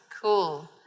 Cool